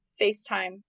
FaceTime